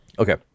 okay